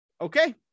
okay